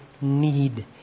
need